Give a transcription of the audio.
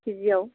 केजिआव